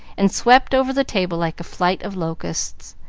and swept over the table like a flight of locusts,